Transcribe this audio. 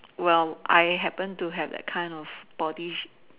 well I happen to have that kind of body shape